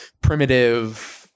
primitive